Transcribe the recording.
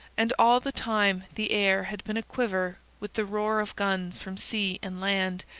and all the time the air had been aquiver with the roar of guns from sea and land,